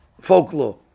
folklore